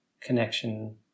connection